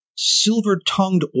silver-tongued